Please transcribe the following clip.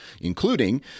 including